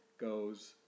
goes